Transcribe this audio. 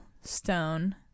stone